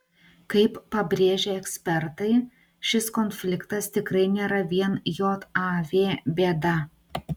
kaip pabrėžia ekspertai šis konfliktas tikrai nėra vien jav bėda